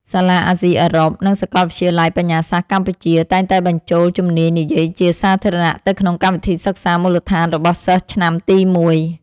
សាលាអាស៊ីអឺរ៉ុប និងសកលវិទ្យាល័យបញ្ញាសាស្ត្រកម្ពុជា តែងតែបញ្ចូលជំនាញនិយាយជាសាធារណៈទៅក្នុងកម្មវិធីសិក្សាមូលដ្ឋានរបស់និស្សិតឆ្នាំទីមួយ។